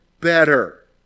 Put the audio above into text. better